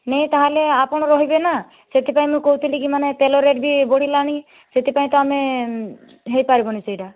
ନେଇଁ ତାହେଲେ ଆପଣ ରହିବେ ନା ସେଥିପାଇଁ ମୁଁ କହୁଥିଲି କି ମାନେ ତେଲ ରେଟ ବି ବଢ଼ିଲାଣି ସେଥିପାଇଁ ତ ଆମେ ହେଇ ପାରିବନି ସେଇଟା